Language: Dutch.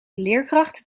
leerkracht